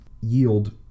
yield